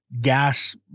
gas